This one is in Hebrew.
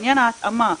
עניין ההתאמה,